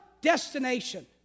destination